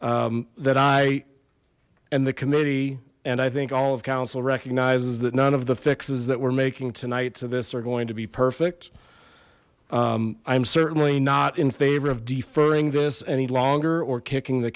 any that i and the committee and i think all of council recognizes that none of the fixes that we're making tonight's of this are going to be perfect i'm certainly not in favor of deferring this any longer or kicking the